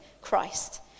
Christ